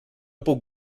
puc